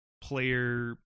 player